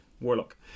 warlock